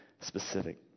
specific